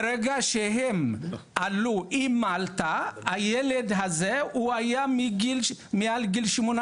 ברגע שהאמא עלתה, הילד הזה הוא היה מעל גיל 18,